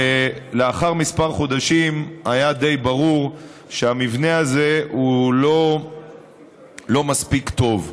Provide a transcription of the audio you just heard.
לאחר כמה חודשים היה די ברור שהמבנה הזה הוא לא מספיק טוב,